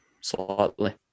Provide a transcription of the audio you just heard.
slightly